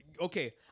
okay